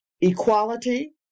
equality